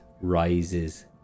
rises